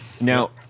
now